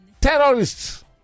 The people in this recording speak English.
terrorists